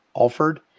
Alford